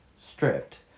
stripped